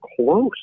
close